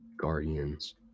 Guardians